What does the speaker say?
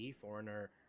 foreigner